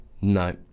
no